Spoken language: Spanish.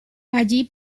allí